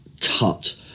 cut